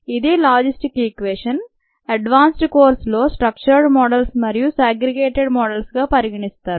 ఇదీ logistic equation advanced కోర్సులో structured models మరియు సాగ్రిగేటెడ్ మోడల్స్గా పరిగణిస్తారు